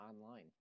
online